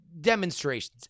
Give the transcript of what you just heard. demonstrations